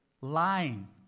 lying